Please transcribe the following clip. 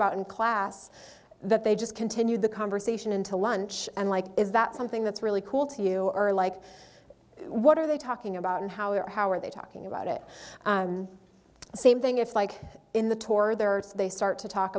about in class that they just continue the conversation until lunch and like is that something that's really cool to you ehrlich what are they talking about and how are how are they talking about it same thing if like in the tour there or they start to talk